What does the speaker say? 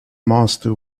master